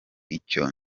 icyo